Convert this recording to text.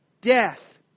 death